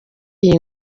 iyo